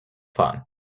fahren